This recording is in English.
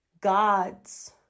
gods